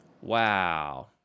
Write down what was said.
Wow